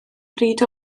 bryd